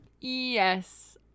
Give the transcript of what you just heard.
Yes